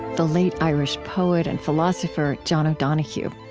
the late irish poet and philosopher, john o'donohue.